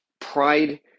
pride